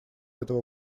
этого